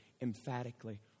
emphatically